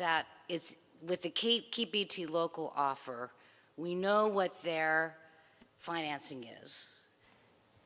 that it's with the key key bt local offer we know what their financing is